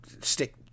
stick